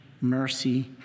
mercy